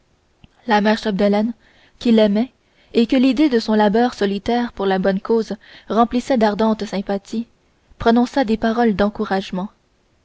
la mère chapdelaine qui l'aimait et que l'idée de son labeur solitaire pour la bonne cause remplis sait d'ardente sympathie prononça des paroles d'encouragement